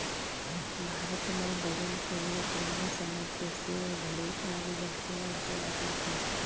भारत में वजन के लिए पुराने समय के सेर, धडी़ आदि का इस्तेमाल किया जाता था